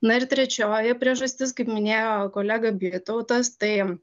na ir trečioji priežastis kaip minėjo kolega bitautas tai